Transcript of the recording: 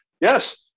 yes